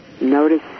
Notice